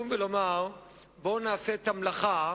בסופו של דבר את תמיכת הציבור לא תוכל לקנות.